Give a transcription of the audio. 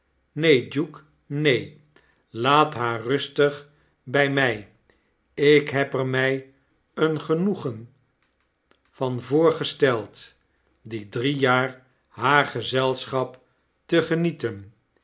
neen duke neen laat haarrustig bij my heb er my een genoegen van voorgesteld die drie jaren haar gezelschap te genieten